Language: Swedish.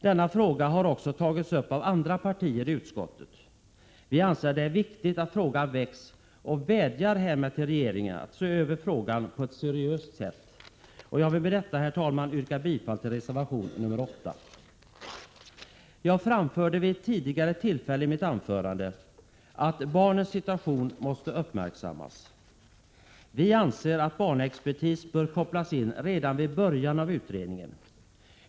Denna fråga har också tagits upp av andra partier i utskottet. Det är viktigt att frågan väcks, och vi vädjar härmed till regeringen att se över frågan på ett seriöst sätt. Jag vill med detta, herr talman, yrka bifall till reservation nr 8. Jag anförde vid ett tidigare tillfälle i mitt anförande att barnens situation måste uppmärksammas. Särskild expertis bör kopplas in redan vid början av utredningen.